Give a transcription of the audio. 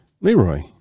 Leroy